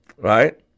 right